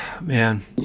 man